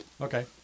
Okay